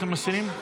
אתם מסירים?